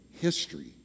history